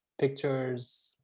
pictures